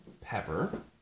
pepper